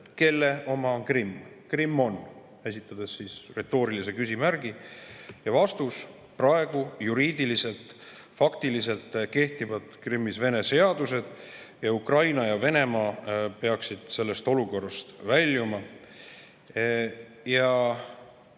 kelle oma Krimm on, esitades retoorilise küsimuse. Härra Sveti vastus: praegu juriidiliselt, faktiliselt kehtivad Krimmis Vene seadused ning Ukraina ja Venemaa peaksid sellest olukorrast väljuma. Ja